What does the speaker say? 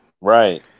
Right